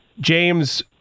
James